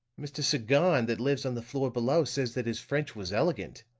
mr. sagon that lives on the floor below says that his french was elegant,